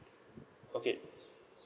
okay